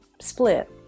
split